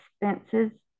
expenses